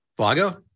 Vago